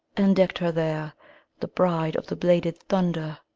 and decked her there the bride of the bladed thunder.